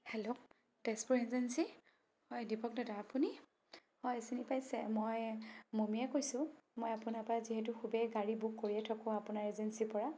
hello Tezpur agency হয় দিপক দাদা আপুনি হয় চিনি পাইছে মই মমীয়ে কৈছোঁ মই আপোনাৰ পৰা যিহেতু খুবেই গাড়ী বুক কৰিয়ে থাকোঁ আপোনাৰ এজেঞ্চীৰ পৰা